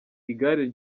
igare